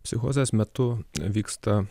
psichozės metu vyksta